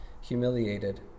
humiliated